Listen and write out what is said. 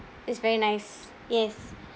it's very nice yes